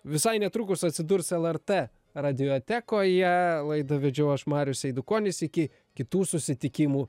visai netrukus atsidurs lrt radiotekoje laidą vedžiau aš marius eidukonis iki kitų susitikimų